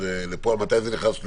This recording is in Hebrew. כלכלי (כללים לעניין גיבוש רשימת נאמנים),